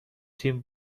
تیم